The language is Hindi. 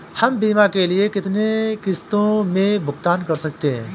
हम बीमा के लिए कितनी किश्तों में भुगतान कर सकते हैं?